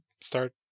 start